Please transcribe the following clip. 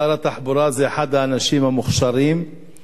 הטובים והרציניים בממשלה,